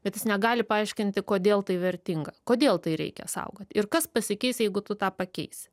bet jis negali paaiškinti kodėl tai vertinga kodėl tai reikia saugot ir kas pasikeis jeigu tu tą pakeisi